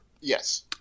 Yes